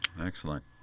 Excellent